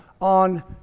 on